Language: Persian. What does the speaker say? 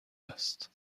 است